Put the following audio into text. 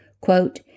Quote